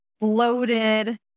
bloated